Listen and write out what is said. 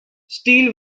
steele